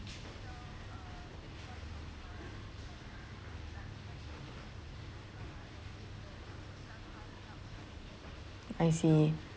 I see